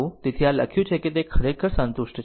તેથી જ આ લખ્યું છે તે ખરેખર સંતુષ્ટ છે